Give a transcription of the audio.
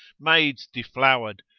maids deflowered,